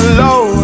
low